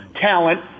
talent